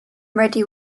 ready